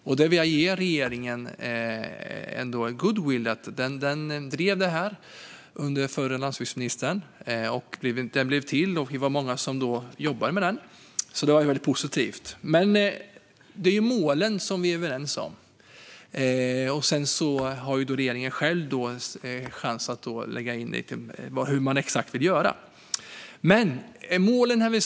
Jag vill ändå ge regeringen beröm för att den under förre landsbygdsministern drev igenom den så att den blev till. Vi var många som jobbade med den, och det var väldigt positivt. Men det är målen vi är överens om. Sedan har regeringen chans att påverka exakt på vilket sätt man vill nå dem.